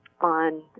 on